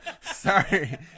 Sorry